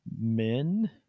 men